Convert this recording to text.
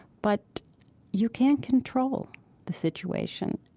but you can't control the situation.